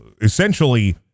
essentially